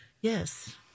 Yes